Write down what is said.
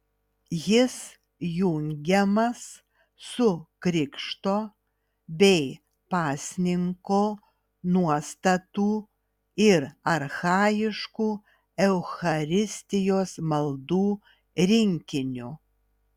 jis jungiamas su krikšto bei pasninko nuostatų ir archajiškų eucharistijos maldų rinkiniu